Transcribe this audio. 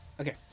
Okay